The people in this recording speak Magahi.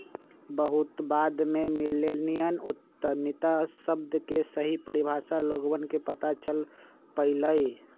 बहुत बाद में मिल्लेनियल उद्यमिता शब्द के सही परिभाषा लोगवन के पता चल पईलय